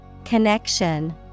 Connection